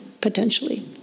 potentially